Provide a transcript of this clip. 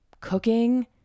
cooking